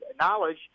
knowledge